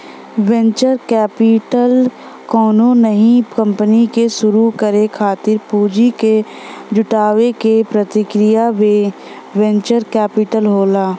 venture capital कउनो नई company के शुरू करे खातिर पूंजी क जुटावे क प्रक्रिया वेंचर कैपिटल होला